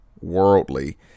worldly